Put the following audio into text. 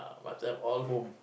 must have all home